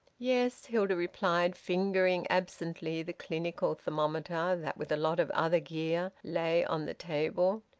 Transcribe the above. yes, hilda replied, fingering absently the clinical thermometer that with a lot of other gear lay on the table.